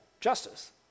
justice